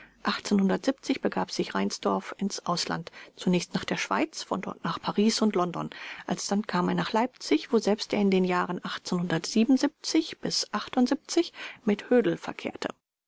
begab sich reinsdorf ins ausland zunächst nach der schweiz von dort nach paris und london alsdann kam er nach leipzig woselbst er in den jahren mit hödel verkehrte